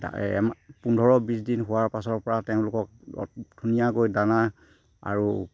পোন্ধৰ বিছ দিন হোৱাৰ পাছৰ পৰা তেওঁলোকক অলপ ধুনীয়াকৈ দানা আৰু